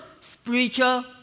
spiritual